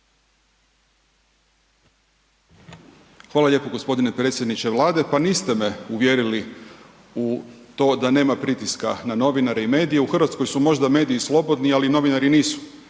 Hvala lijepo gospodine predsjedniče Vlade. Pa niste me uvjerili u to da nema pritiska na novinare i medije. U Hrvatskoj su možda mediji slobodni, ali novinari nisu.